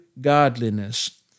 godliness